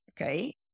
Okay